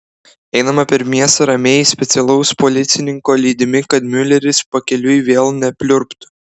einame per miestą ramiai specialaus policininko lydimi kad miuleris pakeliui vėl nepliurptų